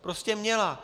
Prostě měla.